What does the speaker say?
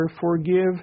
forgive